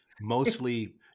mostly –